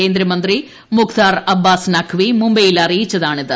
കേന്ദ്രമന്ത്രി മുഖ്താർ അബ്ബാസ് നഖ്വി മുംബൈയിൽ അറിയിച്ചതാണിത്